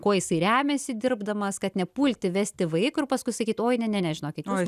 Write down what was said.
kuo jisai remiasi dirbdamas kad nepulti vesti vaiko ir paskui sakyt oi ne ne žinokit